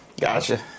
Gotcha